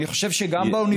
אני חושב שגם באוניברסיטה,